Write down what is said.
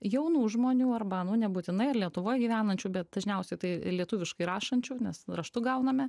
jaunų žmonių arba nu nebūtinai lietuvoj gyvenančių bet dažniausiai tai lietuviškai rašančių nes raštu gauname